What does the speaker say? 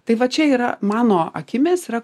tai vat čia yra mano akimis yra